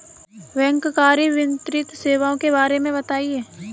बैंककारी वित्तीय सेवाओं के बारे में बताएँ?